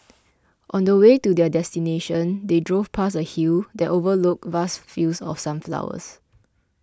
on the way to their destination they drove past a hill that overlooked vast fields of sunflowers